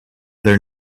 their